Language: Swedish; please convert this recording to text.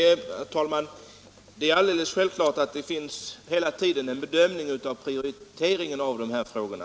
Herr talman! Det är alldeles självklart att man hela tiden gör en prioritering när det gäller dessa frågor.